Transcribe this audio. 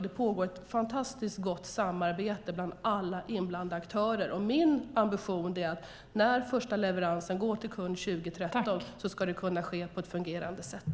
Det pågår ett fantastiskt gott samarbete bland alla inblandade aktörer. Min ambition är att när första leveransen går till kund 2013 ska det kunna ske på ett fungerande sätt.